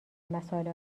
مسائل